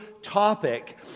topic